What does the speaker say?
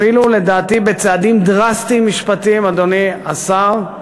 אפילו לדעתי בצעדים דרסטיים, משפטיים, אדוני השר,